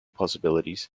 possibilities